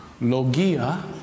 Logia